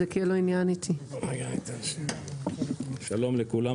(היו"ר יבגני סובה) שלום לכולם.